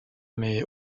mais